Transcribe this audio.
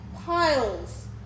Piles